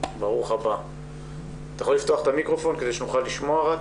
איפה עומד נושא המינויים מבחינת מינוי נשים בהרכבים.